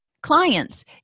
clients